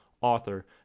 author